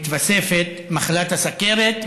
מתווספת מחלת הסוכרת.